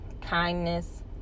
Kindness